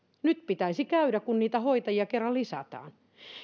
nyt pitäisi käydä kun niitä hoitajia kerran lisätään